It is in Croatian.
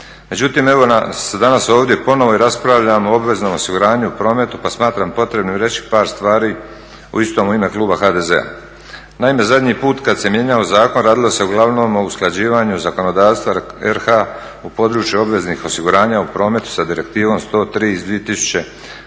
Međutim, evo nas danas ovdje ponovo i raspravljamo o obveznom osiguranju u prometu pa smatram potrebnim reći par stvari isto u ime kluba HDZ-a. Naime, zadnji put kad se mijenjao zakon radilo se uglavnom o usklađivanju zakonodavstva Republike Hrvatske u području obveznih osiguranja u prometu sa Direktivom 103